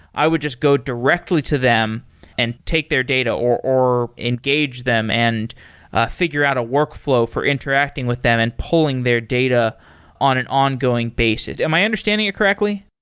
i would just go directly to them and take their data or or engage them and figure out a workflow for interacting with them and pulling their data on and ongoing basis. am i understanding it correctly?